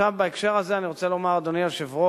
בהקשר הזה אני רוצה לומר, אדוני היושב-ראש,